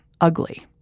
Ugly